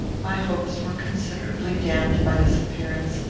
my hopes were considerably damped by this appearance,